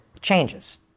changes